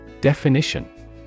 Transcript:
Definition